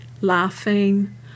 laughing